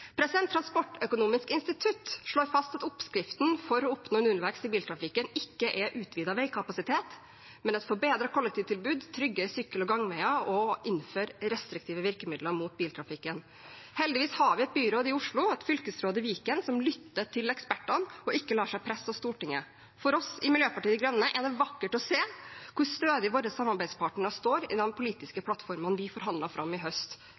Transportøkonomisk institutt slår fast at oppskriften for å oppnå nullvekst i biltrafikken ikke er utvidet veikapasitet, men et forbedret kollektivtilbud, trygge sykkel- og gangveier og å innføre restriktive virkemidler mot biltrafikken. Heldigvis har vi et byråd i Oslo og et fylkesråd i Viken som lytter til ekspertene og ikke lar seg presse av Stortinget. For oss i Miljøpartiet De Grønne er det vakkert å se hvor stødig våre forhandlingspartnere står på den politiske plattformen vi forhandlet fram i høst.